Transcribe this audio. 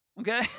Okay